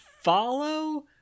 follow